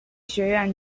学院